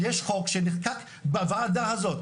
יש חוק שנחקק בוועדה הזאת,